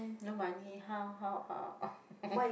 no money how how how